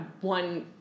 one